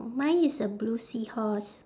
mine is a blue seahorse